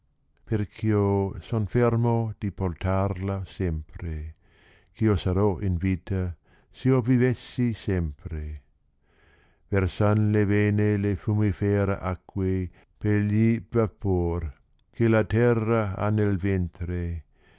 ferch io son fermo di portarla sempre ch'io sarò in rite s io vivessi sempre yersan le rene le fumi fera a quei d egli per ji vapor che la terra ha nel ventre